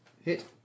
Hit